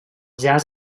jaç